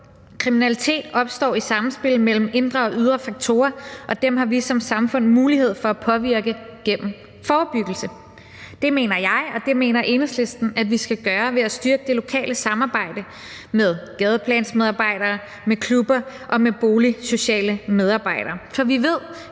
»Kriminalitet opstår i et samspil mellem indre og ydre faktorer, og dem har vi som samfund mulighed for at påvirke gennem forebyggelse«. Det mener jeg og det mener Enhedslisten, at vi skal gøre ved at styrke det lokale samarbejde med gadeplansmedarbejdere, med klubber og med boligsociale medarbejdere.